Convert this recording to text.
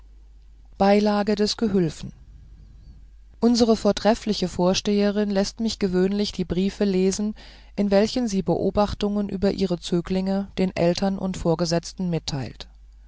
kinde beilage des gehülfen unsere vortreffliche vorsteherin läßt mich gewöhnlich die briefe lesen in welchen sie beobachtungen über ihre zöglinge den eltern und vorgesetzten mitteilt